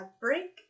Break